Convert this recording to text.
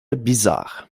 bizarre